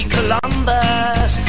Columbus